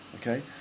okay